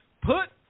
put